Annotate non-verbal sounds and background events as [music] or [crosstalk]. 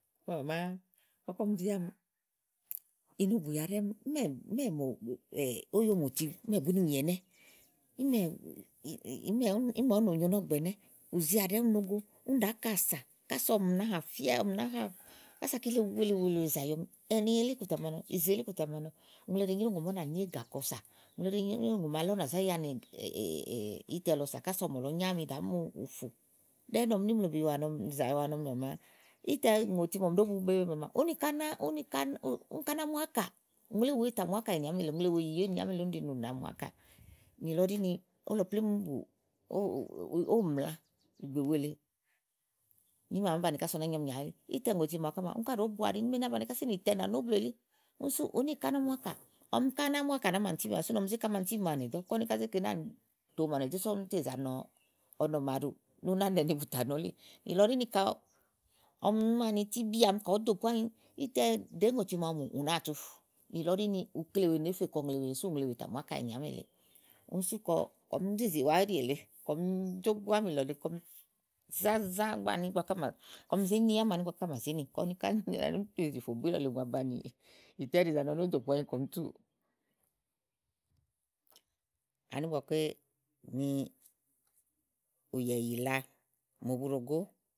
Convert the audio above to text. ɔmi màmàà, ígbɔké ɔmi zi ámi, ìí bu, bù ya ɖɛ́ɛ́ ɔmi ínɛ̀ mò, mò [hesitation] óyomòti búni nyì ɛnɛ́ ímɛ̀ ù nòo nyo nɔ́ɔ̀gbè ɛnɛ́. ù zià ɖɛ́ɛ́ úni no go úni ɖàá ka sà kása ɔ̀mì nàá hà fía, ɔmi ná hà, ása kile wèe wèe wèe zàyi ɔmi ɛ̀ni elíkòtè màa nɔ, ìzè elí kòtè à màa nɔ ùŋle nyòo ùni ɖèe nyréwu ùŋò màa ú nà nì égà kɔ sá ùŋle nyòo úni ɖèe nyréwu ùŋò màa lɔ ú nà zá yanì ítɛ lɔ sá kasa ɔ̀mɔ̀lɔ nyo ámi ɖàá mu ùfù ɖɛ́ɛ́ úni ɔmi ní mloòbi wa nɔmi zà wa nɔmi ni màmàà, ítɛ ŋòti màa ɔmi ɖòó bu ni ɛ́buɖò maa úni ká no bu úni ká ná mu ákàà. úŋle wèe tà mù ákà èni àámi èle, ùŋle wèe zayi ènì àámi èle ú na mù ákàà nìlɔ ɖi ni ówo lɔ plémú bù ówò mla ìgbè wèe lèe. úni í mɛ̀ à màá banìi ása ú nàá nyiɔmi ìnyalí. ítɛŋòti maa úni ká ɖòó bu àá ɖi ni ímɛ̀ ée ká nàá bànìi úni kása éèni tɛ nà nó blù elí úni sú úni ká ná mu ákà. úni ká ná mu ákà sú ni ɔmi zé ke ámani tíbí màawu nèɖɔ̀ kɔ úni ká zé ke náàni tòo màawu nèdɔ̀ úni sú ɔmi ítè za nɔ ɔnɔ màaɖù ni ú ná nɛ́ɛ́, ni bù tà nɔ elíì. úni kayi ámani tíbí àámi kayi ùú do pòo ányi ítɛ ɖèé ŋòti màaɖu mù ni ù nàáa tu nìlɔ ɖi ni ù nèé fè kɔ ùŋle wèe úni sú ùŋle wèe tà kɔm zó bu ámìilɔ lèe kɔm zá zã ámani ígbɔké à mà kɔm zé ni ámani ígbɔké à mà zé nì kɔ úni ká ni ɔmi í tè fò bù ílɔ̀ lèe ùŋò baba nìtɛ ɛ́ɖì zàa nɔ ni ú dò po ányi kɔm túù ani ígbɔké ni ùyà ìyì àa mò bu ɖòo gó.